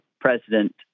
President